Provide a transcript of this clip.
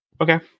okay